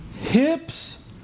Hips